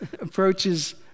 approaches